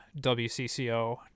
WCCO